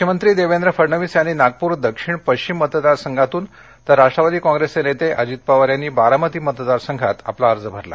मुख्यमंत्री देवेंद्र फडणवीस यांनी नागपर दक्षिण पश्चिममतदारसंघातून तर राष्ट्रवादी काँग्रेसचे नेते अजित पवार यांनी बारामती मतदारसंघात उमेदवारी अर्ज भरला